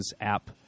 app